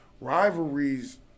rivalries